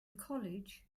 college